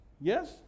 Yes